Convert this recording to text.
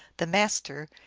the master,